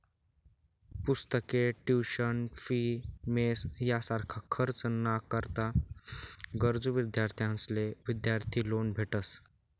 पुस्तके, tuition fee, mess यासारखा खर्च ना करता गरजू विद्यार्थ्यांसले विद्यार्थी लोन भेटस